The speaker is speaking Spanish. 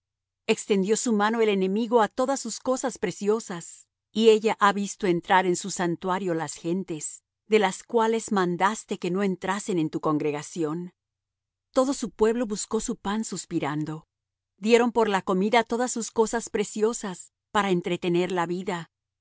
extendió su mano el enemigo á todas sus cosas preciosas y ella ha visto entrar en su santuario las gentes de las cuales mandaste que no entrasen en tu congregación todo su pueblo buscó su pan suspirando dieron por la comida todas sus cosas preciosas para entretener la vida